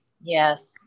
Yes